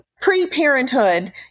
pre-parenthood